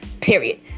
period